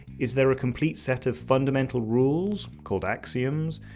is there a complete set of fundamental rules, called axioms,